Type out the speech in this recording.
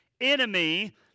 enemy